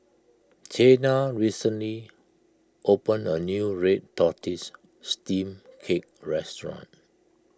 Chana recently opened a new Red Tortoise Steamed Cake Restaurant